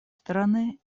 стороны